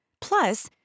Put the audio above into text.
Plus